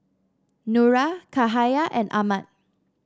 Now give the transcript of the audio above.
Nura Cahaya and Ahmad